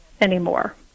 anymore